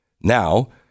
Now